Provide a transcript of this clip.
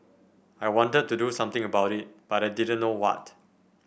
I wanted to do something about it but I didn't know what